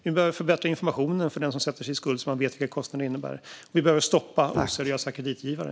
Vi behöver förbättra informationen för den som sätter sig i skuld så att man vet vilka kostnader det innebär. Vi behöver stoppa oseriösa kreditgivare.